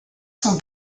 sont